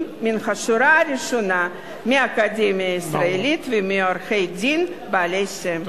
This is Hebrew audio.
מהשורה הראשונה מהאקדמיה הישראלית ובעורכי-דין בעלי שם.